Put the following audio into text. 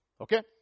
Okay